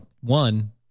One